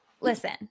listen